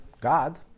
God